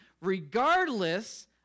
regardless